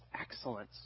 excellence